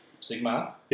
Sigma